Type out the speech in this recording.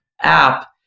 app